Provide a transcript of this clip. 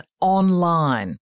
online